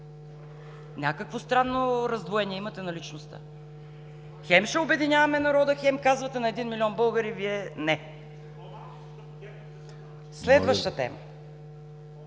Някакво странно раздвоение имате на личността – хем ще обединяваме народа, хем казвате на един милион българи: „Вие – не!“ (Реплика